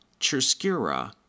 Cherskira